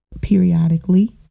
periodically